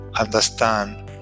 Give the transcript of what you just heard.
understand